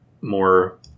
more